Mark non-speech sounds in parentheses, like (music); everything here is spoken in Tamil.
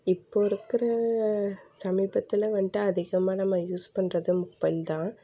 இப்போது இருக்கிற சமீபத்தில் வந்துட்டு அதிகமாக நம்ம யூஸ் பண்ணுறது (unintelligible) தான்